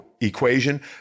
equation